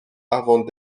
avant